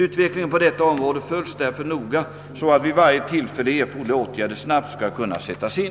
Utvecklingen på detta område följs därför noga, så att vid varje tillfälle erforderliga åtgärder snabbt skall kunna sättas in.